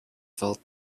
felt